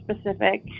specific